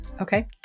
Okay